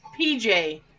PJ